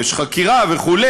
יש חקירה וכו',